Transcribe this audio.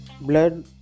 blood